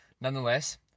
nonetheless